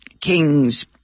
kings